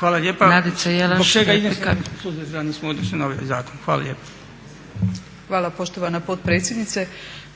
Nadica (SDP)** Hvala poštovana potpredsjednice.